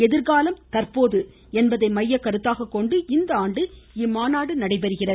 எதிர்காலம் தற்போது என்பதை மையக்கருத்தாக கொண்டு இந்தாண்டு இம்மாநாடு நடைபெறுகிறது